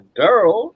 girl